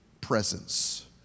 presence